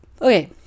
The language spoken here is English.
okay